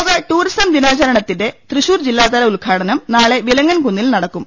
ലോക ടൂറിസം ദിനാചരണത്തിന്റെ തൃശൂർ ജില്ലാതല ഉദ്ഘാ ടനം നാളെ വിലങ്ങൻകുന്നിൽ നടക്കും